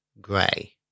Gray